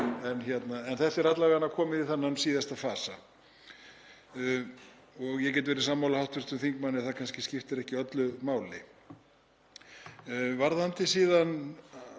En þetta er alla vega komið í þennan síðasta fasa og ég get verið sammála hv. þingmanni að það kannski skiptir ekki öllu máli. Varðandi síðan